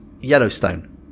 Yellowstone